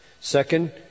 Second